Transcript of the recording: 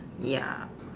ya